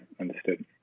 understood